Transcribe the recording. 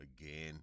again